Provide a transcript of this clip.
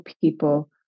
people